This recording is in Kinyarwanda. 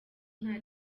nta